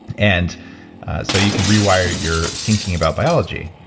and so, you can rewire your thinking about biology.